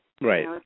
Right